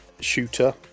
shooter